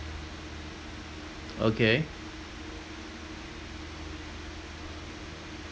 okay